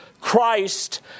Christ